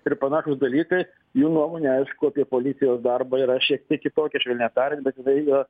ir panašūs dalykai jų nuomonė aišku apie policijos darbą yra šiek tiek kitokia švelniai tariant bet jinai yra